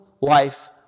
life